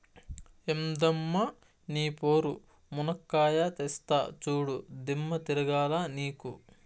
ఎందమ్మ నీ పోరు, మునక్కాయా తెస్తా చూడు, దిమ్మ తిరగాల నీకు